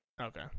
Okay